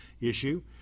issue